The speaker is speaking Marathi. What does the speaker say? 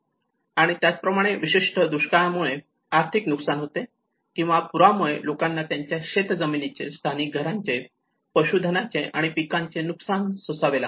आणि त्याच प्रमाणे विशेषतः दुष्काळामुळे आर्थिक नुकसान होते किंवा पुरामुळे लोकांना त्यांच्या शेत जमिनीचे स्थानिक घरांचे पशुधनाचे आणि पिकांचे नुकसान सोसावे लागते